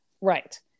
Right